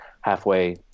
halfway